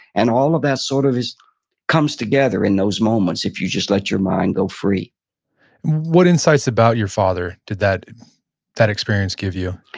and all of that sort of comes together in those moments if you just let your mind go free what insights about your father did that that experience give you?